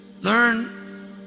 Learn